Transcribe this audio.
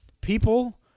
people